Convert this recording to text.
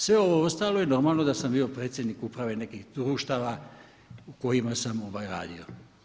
Sve ovo ostalo je normalno je da sam bio predsjednik Uprave nekih društava u kojima sam radio.